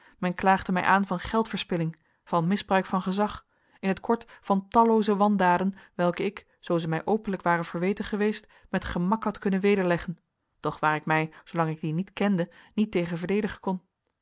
men klaagde mij aan van geldverspilling van misbruik van gezag in t kort van tallooze wandaden welke ik zoo ze mij openlijk waren verweten geweest met gemak had kunnen wederleggen doch waar ik mij zoolang ik die niet kende niet tegen verdedigen kon